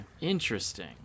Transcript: Interesting